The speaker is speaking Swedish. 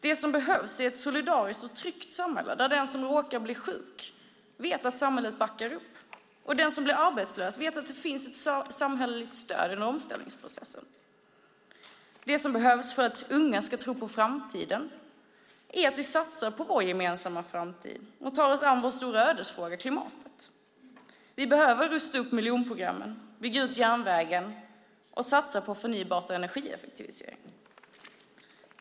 Det som behövs är ett solidariskt och tryggt samhälle där den som råkar bli sjuk vet att samhället backar upp och den som blir arbetslös vet att det finns ett samhälleligt stöd under omställningsprocessen. Det som behövs för att unga ska tro på framtiden är att vi satsar på vår gemensamma framtid och tar oss an vår stora ödesfråga, klimatet. Vi behöver rusta upp miljonprogrammen, bygga ut järnvägen och satsa på förnybart och energieffektivisering.